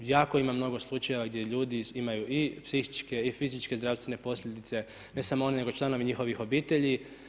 Jako ima mnogo slučajeva gdje ljudi imaju i psihičke i fizičke zdravstvene posljedice, ne samo oni nego i članovi njihovih obitelji.